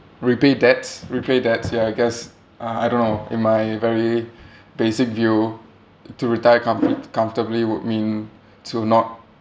repay debts repay debts ya I guess uh I don't know in my very basic view to retire comfort comfortably would mean to not